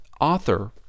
author